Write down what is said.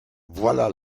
voilà